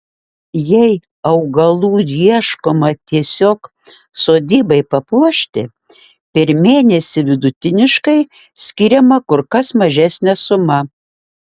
jei augalų ieškoma tiesiog sodybai papuošti per mėnesį vidutiniškai skiriama kur kas mažesnė suma